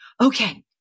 okay